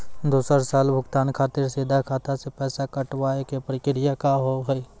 दोसर साल भुगतान खातिर सीधा खाता से पैसा कटवाए के प्रक्रिया का हाव हई?